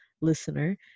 listener